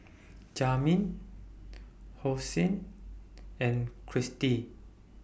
Jamey Hosea and Christy